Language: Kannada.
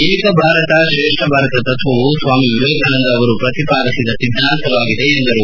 ಏಕ ಭಾರತ ಶ್ರೇಷ್ಠ ಭಾರತ ತತ್ವವು ಸ್ವಾಮಿ ವಿವೇಕಾನಂದ ಅವರು ಪ್ರತಿಪಾದಿಸಿದ ಸಿದ್ದಾಂತವಾಗಿದೆ ಎಂದರು